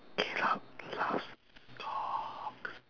caleb loves cocks